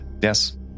yes